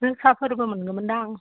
जोसाफोरबो मोनगोमोन दां